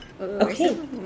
Okay